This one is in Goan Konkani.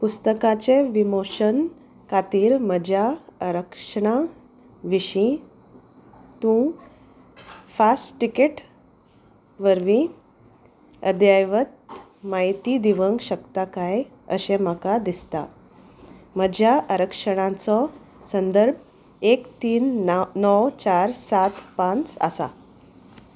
पुस्तकाचें विमोचन खातीर म्हज्या आरक्षणा विशीं तूं फास्ट टिकेट वरवीं अध्यायवत म्हायती दिवंक शकता काय अशें म्हाका दिसता म्हज्या आरक्षणांचो संदर्भ एक तीन णा णव चार सात पांच आसा